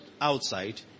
outside